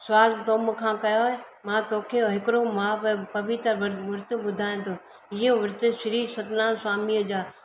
सुवालु तव्हां मूंखां कयो आहे मां तव्हांखे हिकिड़ो महा पवित्र विर्त ॿुधायां तो इहो विर्त श्री सतनाम स्वामीअ जा